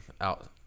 out